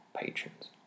patrons